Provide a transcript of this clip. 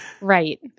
Right